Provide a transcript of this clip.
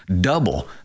Double